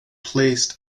placed